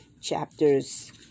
chapters